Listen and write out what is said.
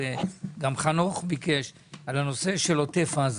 ואנחנו לא יכולים להרחיב על זה,